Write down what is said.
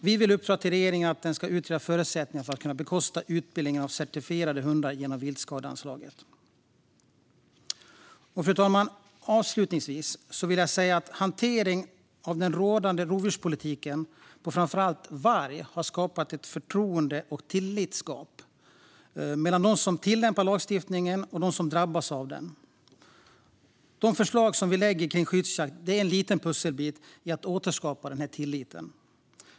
Vi vill uppdra åt regeringen att utreda förutsättningarna för att bekosta utbildning av certifierade hundar genom viltskadeanslaget. Fru talman! Avslutningsvis vill jag säga att hanteringen av den rådande rovdjurspolitiken på framför allt varg har skapat ett förtroende och tillitsgap mellan dem som tillämpar lagstiftningen och dem som drabbas av den. De förslag som Centern lägger fram för skyddsjakt är en liten pusselbit för att återskapa tilliten.